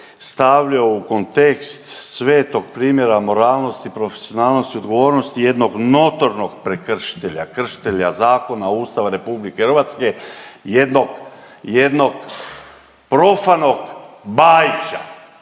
stavljao u kontekst svetog primjera moralnosti, profesionalnosti i odgovornosti jednog notornog prekršitelja, kršitelja zakona, Ustava Republike Hrvatske, jednog profanog Bajića